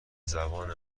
زبان